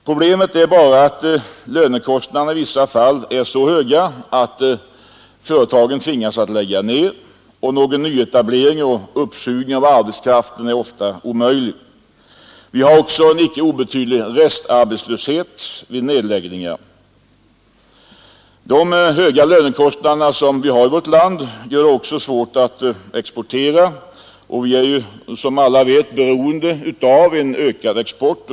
Problemet är att lönekostnaderna i vissa fall är så höga att företagen tvingas lägga ned verksamheten, och någon nyetablering och uppsugning av arbetskraften är ofta omöjlig. Vi har också en icke obetydlig restarbetslöshet vid nedläggningar. De höga lönekostnaderna i vårt land gör det också svårt att fortsättningsvis exportera. Som alla vet är vi beroende av en ökad export.